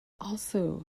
also